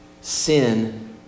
sin